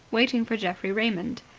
waiting for geoffrey raymond.